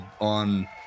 on